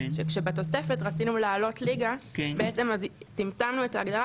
כשבתוספת רצינו לעלות ליגה צמצמנו את ההגדרה,